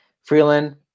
Freeland